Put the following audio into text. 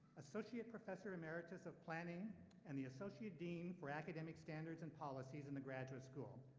associate professor emeritus of planning and the associate dean for academic standards and policies in the graduate school.